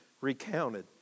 recounted